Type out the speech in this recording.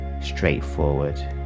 straightforward